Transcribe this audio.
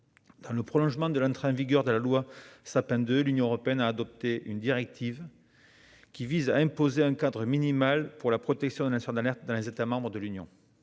Dans le prolongement de l'entrée en vigueur de la loi Sapin II, l'Union européenne a adopté une directive, qui vise à imposer un cadre minimal pour la protection des lanceurs d'alerte dans les États membres de l'Union.